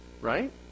Right